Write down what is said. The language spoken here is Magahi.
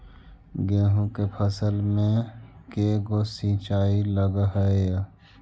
गेहूं के फसल मे के गो सिंचाई लग हय?